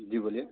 जी बोलिए